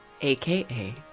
AKA